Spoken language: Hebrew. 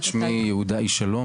שמי יהודה איש שלום,